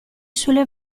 sulle